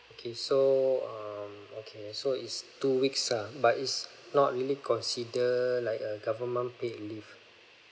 okay so um okay so is two weeks ah but it's not really consider like a government paid leave